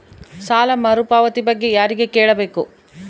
ಸಾಲ ಮರುಪಾವತಿ ಬಗ್ಗೆ ಯಾರಿಗೆ ಕೇಳಬೇಕು?